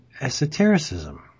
esotericism